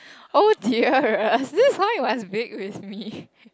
oh dear is this how it was baked with me